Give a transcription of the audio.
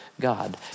God